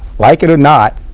like it or not,